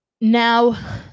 Now